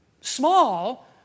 Small